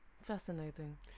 fascinating